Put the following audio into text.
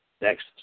next